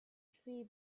tree